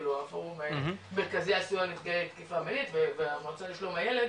הפורום לסיוע לנפגעי תקיפה מינית והמועצה לשלום הילד